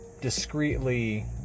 discreetly